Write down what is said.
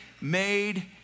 made